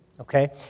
okay